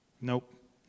Nope